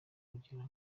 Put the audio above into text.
kugira